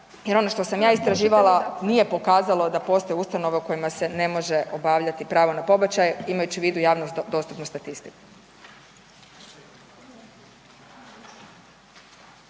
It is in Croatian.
jer ono što sam ja istraživala, nije pokazalo da postoje ustanove u kojima se ne može obavljati pravo na pobačaj, imajući u vidu javno dostupnu statistiku.